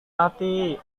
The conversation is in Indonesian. mati